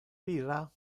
bira